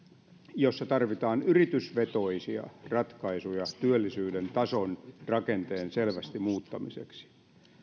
jossa tarvitaan yritysvetoisia ratkaisuja työllisyyden tason rakenteen selvästi muuttamiseksi